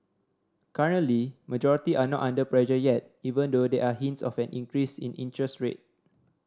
currently majority are not under pressure yet even though there are hints of an increase in interest rate